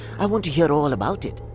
i want to hear all about it!